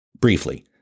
Briefly